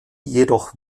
jedoch